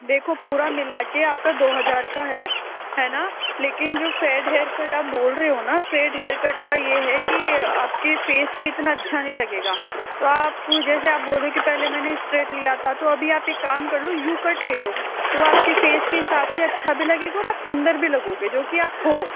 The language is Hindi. देखो पूरा मिला कर आपका दो हज़ार का है है न लेकिन जो फेड हेअरकट आप बोल रहे हो न फेड हेअरकट का यह है की आपके फेस पर इतना अच्छा नहीं लगेगा तो आप जैसे आप बोल रहे हो की पहले मैंने स्टेप लिया था तो अभी आप एक काम कर लो यू कट ले लो तो वह आपके फेस के हिसाब से अच्छा भी लगेगा और आप सुन्दर भी लगोगे जो की आप हो